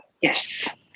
Yes